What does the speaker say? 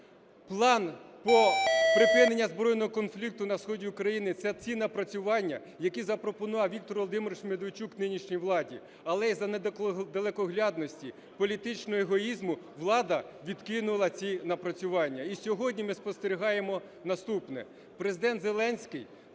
план по припиненню збройного конфлікту на сході України – це ті напрацювання, які запропонував Віктор Володимирович Медведчук нинішній владі, але із-за недалекоглядності і політичного егоїзму влада відкинула ці напрацювання. І сьогодні ми спостерігаємо наступне. Президент Зеленський